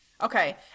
Okay